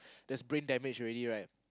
there's brain damage already right